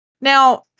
Now